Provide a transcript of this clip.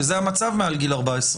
הוא זכאי לייצוג וזה המצב מעל גיל 14,